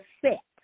set